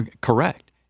Correct